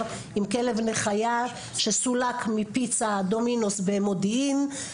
עם כלב נחייה שסולק מפיצה דומינו'ס במודיעין,